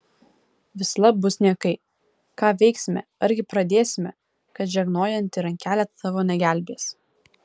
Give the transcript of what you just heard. vislab bus niekai ką veiksime argi pradėsime kad žegnojanti rankelė tavo negelbės